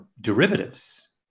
derivatives